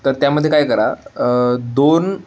तर त्यामध्ये काय करा दोन